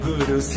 Guru